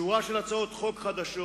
שורה של הצעות חוק חדשות,